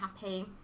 happy